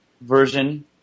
version